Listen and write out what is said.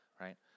right